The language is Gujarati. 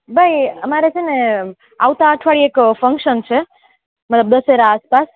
ભાઈ અમારે છે ને આવતા અઠવાડીયે એક ફંકશન છે દશેરા આસપાસ